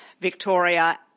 Victoria